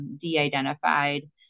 de-identified